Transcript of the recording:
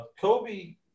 Kobe